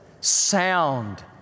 sound